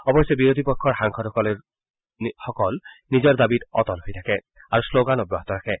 অৱশ্যে বিৰোধী পক্ষৰ সাংসদসকল নিজৰ দাবীত অটল হৈ থাকে আৰু শ্লোগান অব্যাহত ৰাখে